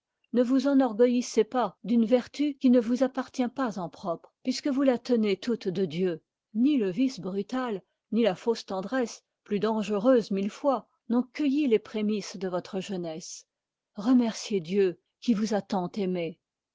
ne vous enorgueillissez pas d'une vertu qui ne vous appartient pas en propre puisque vous la tenez toute de dieu ni le vice brutal ni la fausse tendresse plus dangereuse mille fois n'ont cueilli les prémices de votre jeunesse remerciez dieu qui vous a tant aimé